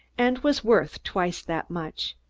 and was worth twice that much.